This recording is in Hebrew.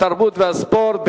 התרבות והספורט,